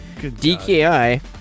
DKI